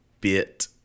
Bit